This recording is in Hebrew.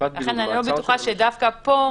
לכן אני לא בטוחה שדווקא פה.